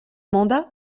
mandat